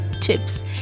Tips